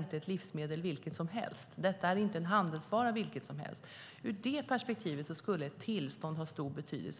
är ett livsmedel vilket som helst. Det är inte en handelsvara vilken som helst. I det perspektivet skulle ett tillstånd ha stor betydelse.